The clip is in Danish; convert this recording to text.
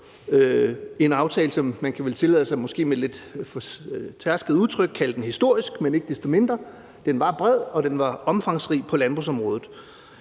en aftale, som man måske kan tillade sig med et lidt fortærsket udtryk at kalde historisk. Men ikke desto mindre var den bred og omfangsrig på landbrugsområdet.